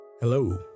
Hello